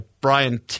Brian